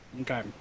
okay